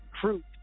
fruit